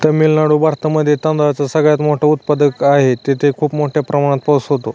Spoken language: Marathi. तामिळनाडू भारतामध्ये तांदळाचा सगळ्यात मोठा उत्पादक आहे, तिथे खूप मोठ्या प्रमाणात पाऊस होतो